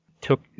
took